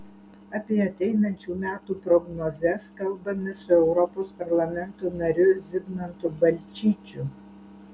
apie ateinančių metų prognozes kalbamės su europos parlamento nariu zigmantu balčyčiu